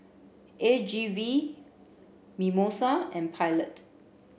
A G V Mimosa and Pilot